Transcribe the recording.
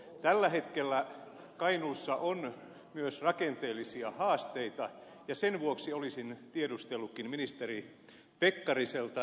tällä hetkellä kainuussa on myös rakenteellisia haasteita ja sen vuoksi olisin tiedustellutkin ministeri pekkariselta